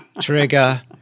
Trigger